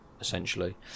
essentially